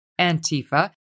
Antifa